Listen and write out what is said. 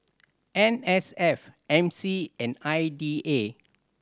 N S F M C and I D A